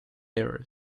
error